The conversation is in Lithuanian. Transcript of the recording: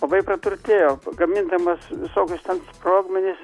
labai praturtėjo gamindamas visokius ten sprogmenis